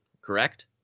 correct